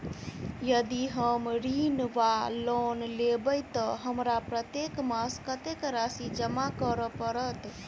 यदि हम ऋण वा लोन लेबै तऽ हमरा प्रत्येक मास कत्तेक राशि जमा करऽ पड़त?